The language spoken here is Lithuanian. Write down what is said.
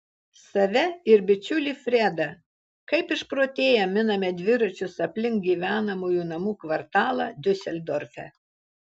save ir bičiulį fredą kaip išprotėję miname dviračius aplink gyvenamųjų namų kvartalą diuseldorfe